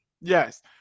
yes